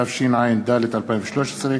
התשע"ד 2013,